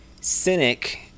cynic